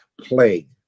Plague